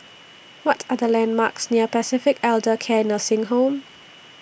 What Are The landmarks near Pacific Elder Care Nursing Home